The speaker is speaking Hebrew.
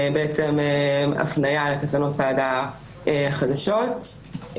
הפניה לתקנות סד"א החדשות.